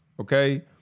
okay